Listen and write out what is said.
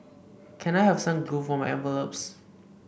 can I have some glue for my envelopes